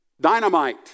dynamite